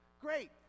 Great